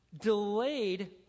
Delayed